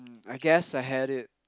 I guess I had it